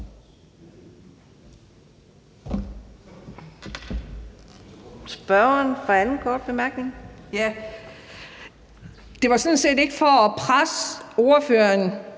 Det var sådan set ikke for at presse ordføreren